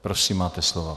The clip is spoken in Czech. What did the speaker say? Prosím, máte slovo.